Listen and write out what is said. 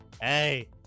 Hey